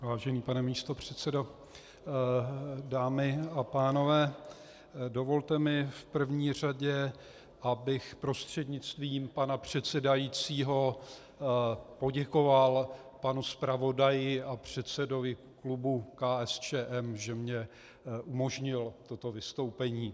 Vážený pane místopředsedo, dámy a pánové, dovolte mi v první řadě, abych prostřednictvím pana předsedajícího poděkoval panu zpravodaji a předsedovi klubu KSČM, že mně umožnil toto vystoupení.